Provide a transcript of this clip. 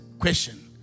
question